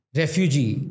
refugee